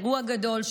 אירוע גדול,